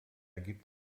gibt